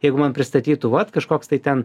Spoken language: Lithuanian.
jeigu man pristatytų vat kažkoks tai ten